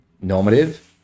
normative